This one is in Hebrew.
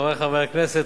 חברי חברי הכנסת,